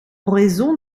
raison